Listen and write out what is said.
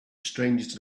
strangest